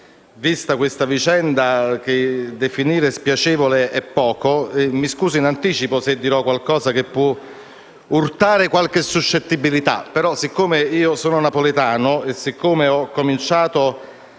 vista questa vicenda, che definire spiacevole è poco. Pertanto, mi scuso in anticipo se dirò qualcosa che potrà urtare qualche suscettibilità. Siccome sono napoletano e ho cominciato